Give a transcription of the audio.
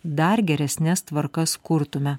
dar geresnes tvarkas kurtume